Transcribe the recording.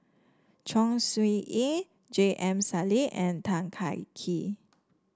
Chong Siew Ying J M Sali and Tan Kah Kee